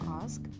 ask